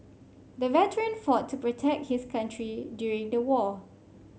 the veteran fought to protect his country during the war